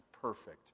perfect